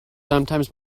sometimes